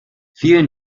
vielen